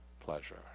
pleasure